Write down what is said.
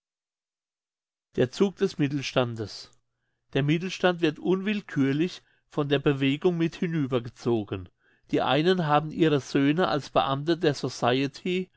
der zug des mittelstandes der mittelstand wird unwillkürlich von der bewegung mit hinübergezogen die einen haben ihre söhne als beamte der